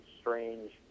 strange